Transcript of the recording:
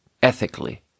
ethically